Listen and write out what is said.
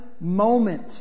moment